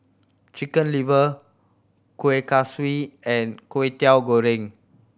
Chicken Liver Kueh Kaswi and Kwetiau Goreng